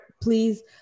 Please